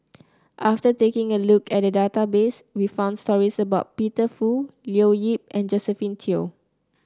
after taking a look at the database we found stories about Peter Fu Leo Yip and Josephine Teo